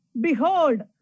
behold